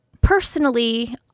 personally